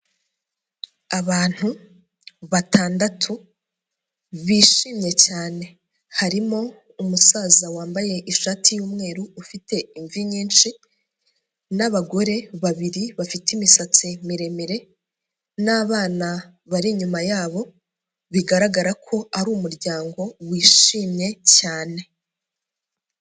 Abantu batandatu bishimye cyane, harimo umusaza wambaye ishati y'umweru ufite imvi nyinshi n'abagore babiri bafite imisatsi miremire n'abana bari inyuma yabo, bigaragara ko ari umuryango wishimye cyane.